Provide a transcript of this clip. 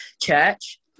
church